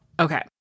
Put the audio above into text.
okay